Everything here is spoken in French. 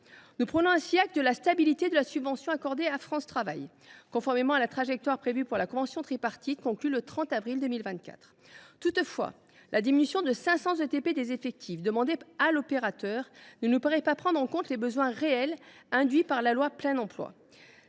Nous prenons ainsi acte de la stabilité de la subvention accordée à France Travail, conformément à la trajectoire prévue par la convention tripartite conclue le 30 avril 2024. Toutefois, la diminution de ses effectifs de 500 ETP demandée à l’opérateur ne nous paraît pas prendre en compte les besoins réels induits par loi précitée.